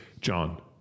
John